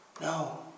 No